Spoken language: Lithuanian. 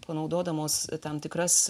panaudodamos tam tikras